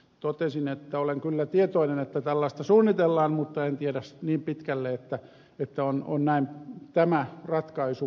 totesin että olen kyllä tietoinen että tällaista suunnitellaan mutta en tiedä niin pitkälle että on tämä ratkaisu käsillä